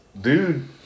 Dude